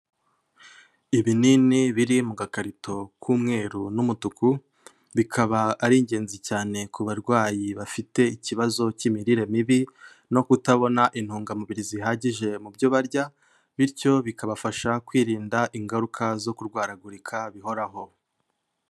Ibinini biri mu gakarito k'umweru n'umutuku, bikaba ari ingenzi cyane ku barwayi bafite ikibazo cy'imirire mibi no kutabona intungamubiri zihagije mu byo barya, bityo bikabafasha kwirinda ingaruka zo kurwaragurika bihoraho.